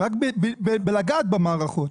רק בלגעת במערכות.